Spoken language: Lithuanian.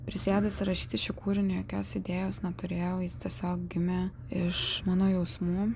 prisėdus įrašyti šį kūrinį jokios idėjos neturėjau jis tiesiog gimė iš mano jausmų